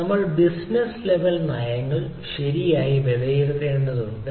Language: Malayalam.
നമ്മൾ ബിസിനസ്സ് ലെവൽ നയങ്ങൾ ശരിയായി വിലയിരുത്തേണ്ടതുണ്ട്